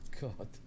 god